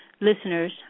listeners